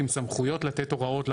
עם סמכויות לתת הוראות לחברות.